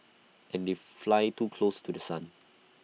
and they fly too close to The Sun